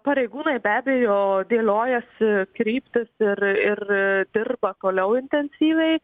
pareigūnai be abejo dėliojasi kryptis ir ir dirba toliau intensyviai